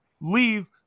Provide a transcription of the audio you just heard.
leave